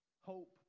Hope